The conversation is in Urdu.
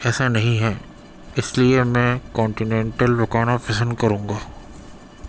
ایسا نہیں ہے اس لئے میں کونٹیننٹل پکانا پسند کروں گا